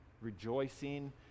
rejoicing